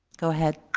go ahead.